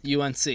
UNC